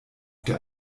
der